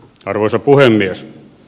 arvoisa puhemies